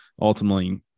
ultimately